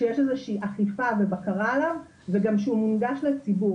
שיש איזושהי אכיפה ובקרה עליו וגם שהוא מונגש לציבור,